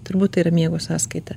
turbūt tai yra miego sąskaita